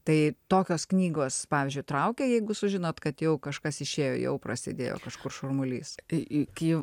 tai tokios knygos pavyzdžiui traukia jeigu sužinot kad jau kažkas išėjo jau prasidėjo kažkoks šurmulys kai kyla